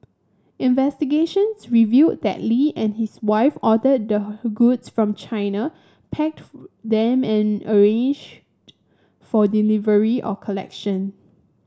investigations revealed that Lee and his wife ordered the goods from China them and arranged for delivery or collection